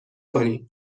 کنی